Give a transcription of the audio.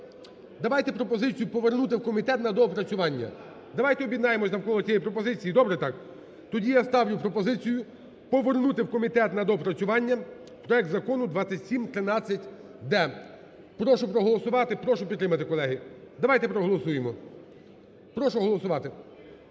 Давайте пропозицію повернути в комітет на доопрацювання, Давайте об'єднаємося навколо цієї пропозиції. Добре так? Доді я ставлю пропозицію повернути в комітет на доопрацювання проект Закону 2713-д. Прошу проголосувати, прошу підтримати, колеги. Давайте проголосуємо, прошу голосувати,